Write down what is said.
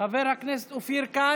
חבר הכנסת שלמה קרעי,